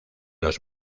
los